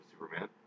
Superman